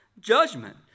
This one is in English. judgment